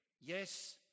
yes